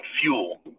fuel